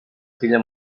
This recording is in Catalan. filla